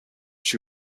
she